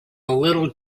little